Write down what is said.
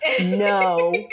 No